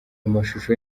amashusho